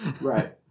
Right